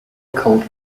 cult